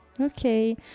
Okay